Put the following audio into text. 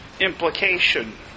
implication